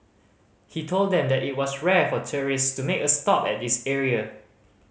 he told them that it was rare for tourists to make a stop at this area